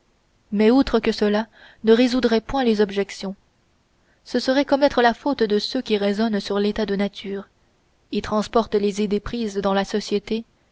mais outre que cela ne résoudrait point les objections ce serait commettre la faute de ceux qui raisonnant sur l'état de nature y transportent les idées prises dans la société